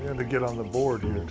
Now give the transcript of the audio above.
and to get on the board here.